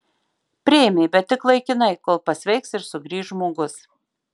priėmė bet tik laikinai kol pasveiks ir sugrįš žmogus